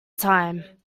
time